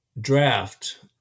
draft